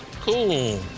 Cool